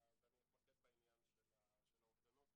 אני אתמקד בעניין של האובדנות,